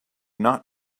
not